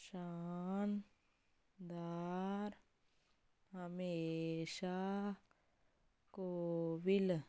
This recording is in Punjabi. ਸ਼ਾਨ ਦਾਰ ਹਮੇਸ਼ਾ ਕੋਵਿਲ